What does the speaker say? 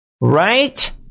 Right